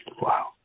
Wow